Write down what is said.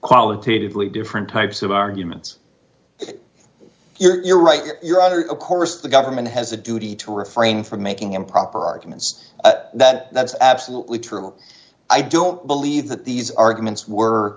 qualitatively different types of arguments you're right you're either of course the government has a duty to refrain from making improper arguments that that's absolutely true i don't believe that these arguments were